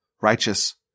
righteous